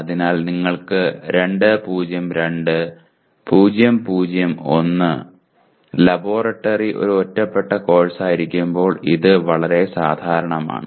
അതിനാൽ നിങ്ങൾക്ക് 2 0 2 0 0 1 ലബോറട്ടറി ഒരു ഒറ്റപ്പെട്ട കോഴ്സായിരിക്കുമ്പോൾ ഇത് വളരെ സാധാരണമാണ്